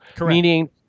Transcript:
meaning